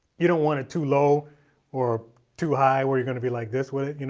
you don't want it too low or too high where you're gonna be like this with it, you know